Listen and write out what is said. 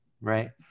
right